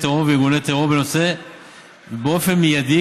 טרור וארגוני טרור ובנושא באופן מיידי,